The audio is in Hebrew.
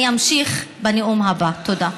אני אמשיך בנאום הבא, תודה.